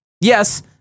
Yes